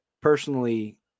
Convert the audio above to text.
personally